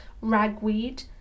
ragweed